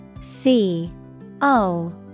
C-O